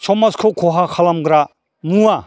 समाजखौ खहा खालामग्रा मुवा